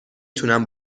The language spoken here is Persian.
تونم